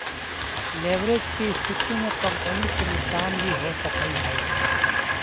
leverage के स्थिति में कंपनी के नुकसान भी हो सकऽ हई